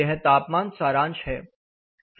यह तापमान सारांश है